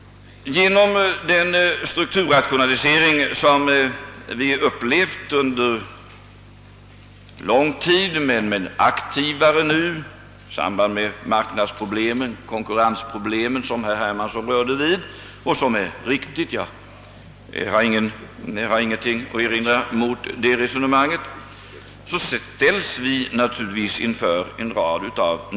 Genom den <strukturrationalisering som vi upplevt under lång tid — men som är aktivare nu i samband med marknadsproblemen och konkurrensproblemen — ställs vi naturligtvis inför en rad nya frågor. Herr Hermansson uppehöll sig vid den saken, och hans resonemang är riktigt — jag har ingenting att erinra mot det.